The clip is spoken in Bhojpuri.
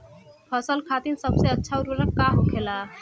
फसल खातीन सबसे अच्छा उर्वरक का होखेला?